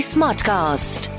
Smartcast